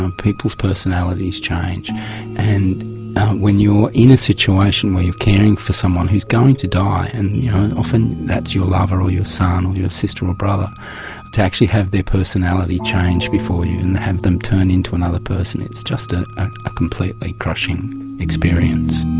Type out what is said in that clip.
um people's personalities change and when you're in a situation where you are caring for someone who is going to die and and often that's your lover or your son, or your sister or brother to actually have their personality change before you and have them turn into another person, it's just ah ah a completely crushing experience.